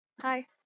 Hi